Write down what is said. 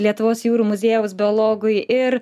lietuvos jūrų muziejaus biologui ir